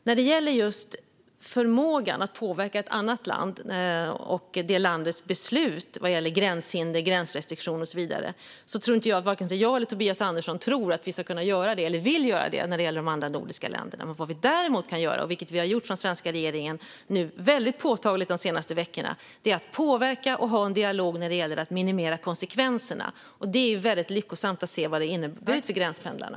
När det gäller förmågan att påverka ett annat land och det landets beslut vad gäller gränshinder, gränsrestriktioner och så vidare tror jag inte att vare sig jag eller Tobias Andersson tror att vi kan eller vill göra detta när det gäller de andra nordiska länderna. Men vad vi däremot kan göra, vilket vi i den svenska regeringen har gjort väldigt påtagligt de senaste veckorna, är att påverka och ha en dialog när det gäller att minimera konsekvenserna. Vi ser att detta varit lyckosamt för gränspendlarna.